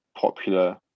popular